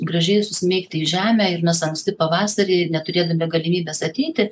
gražiai susmeigti į žemę ir mes anksti pavasarį neturėdami galimybės ateiti